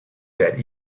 that